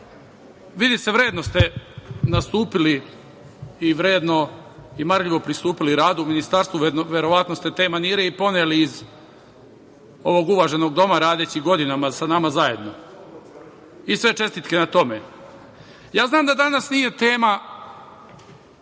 da ste vredno nastupili i vredno i marljivo pristupili radu u Ministarstvu. Verovatno ste te manire i poneli iz ovog uvaženog doma, radeći godinama sa nama zajedno i sve čestitke na tome! Ja znam da danas nije tema